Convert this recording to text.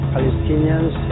Palestinians